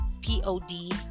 P-O-D